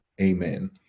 amen